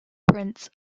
prince